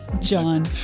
John